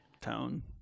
tone